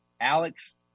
Alex